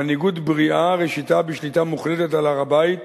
"מנהיגות בריאה ראשיתה בשליטה מוחלטת על הר-הבית,